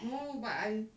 no but I